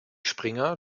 springer